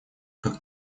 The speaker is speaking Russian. как